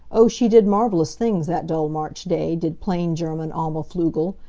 oh, she did marvelous things that dull march day, did plain german alma pflugel!